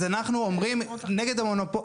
אז אנחנו אומרים נגד המונופול.